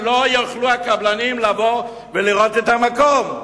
שלא יוכלו הקבלנים לבוא ולראות את המקום.